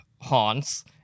haunts